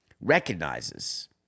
recognizes